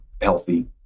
healthy